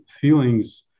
feelings